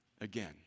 again